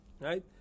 Right